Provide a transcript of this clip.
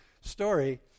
story